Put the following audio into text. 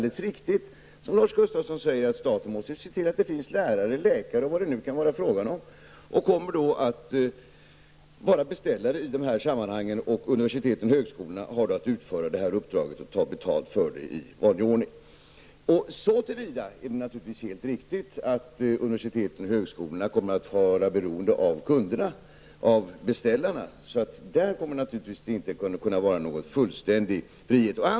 Det är riktigt att staten måste se till att det finns lärare, läkare och vad det nu kan vara fråga om. Staten kommer då att vara beställare i de här sammanhangen. Universiteten och högskolorna har då att utföra det här och ta betalt för det i vanlig ordning. Så till vida är det naturligtvis helt riktigt att universiteten och högskolorna kommer att vara beroende av fonderna, av beställarna. Där kommer det naturligtvis inte att kunna vara någon fullständig frihet.